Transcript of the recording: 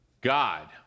God